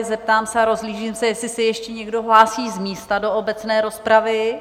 Zeptám se, rozhlížím se, jestli se ještě někdo hlásí z místa do obecné rozpravy?